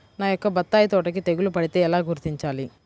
నా యొక్క బత్తాయి తోటకి తెగులు పడితే ఎలా గుర్తించాలి?